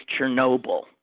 Chernobyl